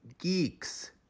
geeks